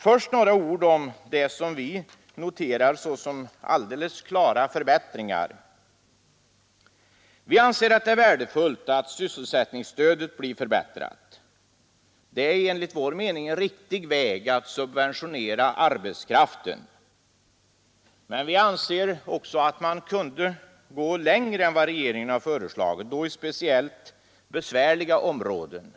Först några ord om det som vi noterar såsom förbättringar. Vi anser för det första att det är värdefullt att sysselsättningsstödet blir förbättrat. Det är enligt vår mening en riktig väg att subventionera arbetskraften. Vi anser också att man kunde gå längre än vad regeringen föreslagit då det gäller speciellt besvärliga områden.